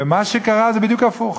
ומה שקרה, בדיוק הפוך.